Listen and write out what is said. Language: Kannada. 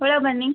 ಒಳ ಬನ್ನಿ